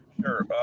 Sure